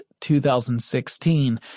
2016